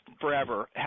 forever